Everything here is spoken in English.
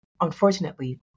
unfortunately